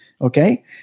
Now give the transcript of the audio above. Okay